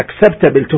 acceptable